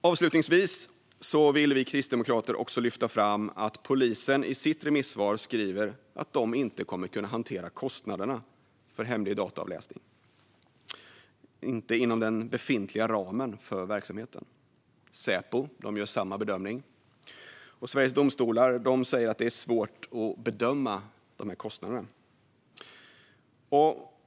Avslutningsvis vill vi kristdemokrater också lyfta fram att polisen i sitt remissvar skriver att de inte kommer att kunna hantera kostnaderna för hemlig dataavläsning inom den befintliga ramen för verksamheten. Säpo gör samma bedömning. Sveriges Domstolar säger att det är svårt att bedöma kostnaderna.